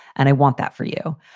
and i want that for you.